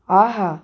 ஆஹா